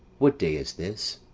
what day is this?